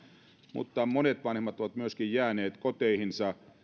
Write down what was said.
mutta monet vanhemmat ovat myöskin jääneet koteihinsa